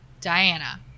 diana